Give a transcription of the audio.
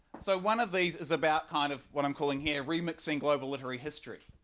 so one of these is about kind of what i'm calling here remixing global literary history,